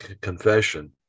confession